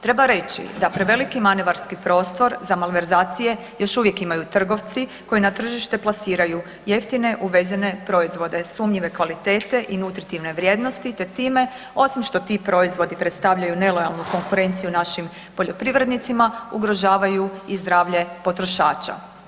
Treba reći da preveliki manevarski prostor za malverzacije još uvijek imaju trgovci koji na tržište plasiraju jeftine uvezene proizvode sumnjive kvalitete i nutritivne vrijednosti te time osim što ti proizvodi predstavljaju nelojalnu konkurenciju našim poljoprivrednicima ugrožavaju i zdravlje potrošača.